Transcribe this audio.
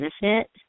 benefit